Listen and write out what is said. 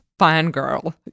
fangirl